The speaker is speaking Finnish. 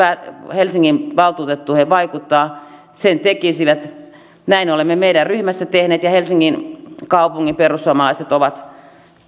helsingin valtuutettuihin vaikuttaa sen tekisivät näin olemme meidän ryhmässä tehneet ja helsingin kaupungin perussuomalaiset ovat